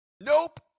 Nope